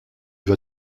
vas